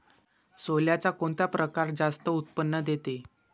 सोल्याचा कोनता परकार जास्त उत्पन्न देते?